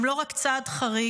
הם לא רק צעד חריג,